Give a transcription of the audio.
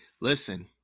listen